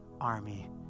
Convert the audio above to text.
army